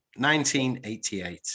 1988